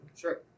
Sure